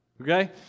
okay